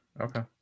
Okay